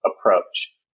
approach